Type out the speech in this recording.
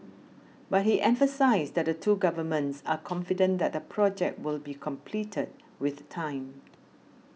but he emphasised that the two governments are confident that the project will be completed with time